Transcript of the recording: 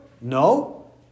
No